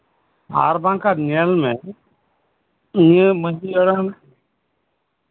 ᱟᱨ ᱵᱟᱝᱠᱷᱟᱱ ᱧᱮᱞᱢᱮ ᱢᱟᱹᱡᱷᱤ ᱦᱟᱲᱟᱢ